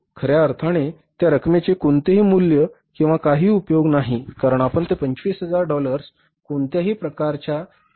परंतु खर्या अर्थाने त्या रकमेचे कोणतेही मूल्य किंवा काही उपयोग नाही कारण आपण ते 25000 डॉलर्स कोणत्याही प्रकारच्या देयकासाठी वापरू शकत नाही